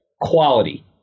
quality